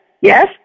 yes